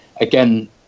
again